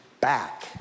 back